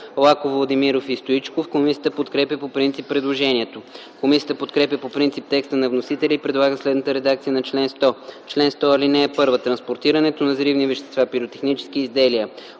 Лаков, Владимиров и Стоичков. Комисията подкрепя по принцип предложението. Комисията подкрепя по принцип текста на вносителя и предлага следната редакция на чл. 100: „Чл. 100. (1) Транспортирането на взривни вещества, пиротехнически изделия,